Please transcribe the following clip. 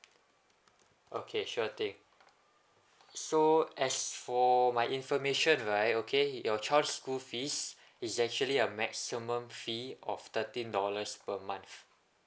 okay sure thing so as for my information right okay your child's school fees is actually a maximum fee of thirteen dollars per month